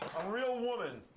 a real woman.